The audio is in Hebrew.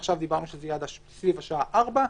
עכשיו דיברנו שזה יהיה עד סביב השעה 16:00,